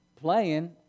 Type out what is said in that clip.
playing